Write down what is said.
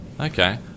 Okay